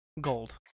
gold